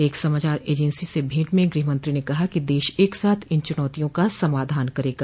एक समाचार एजेंसी से भेंट में गृहमंत्री ने कहा कि देश एक साथ इन चुनौतियों का समाधान करेगा